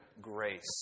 grace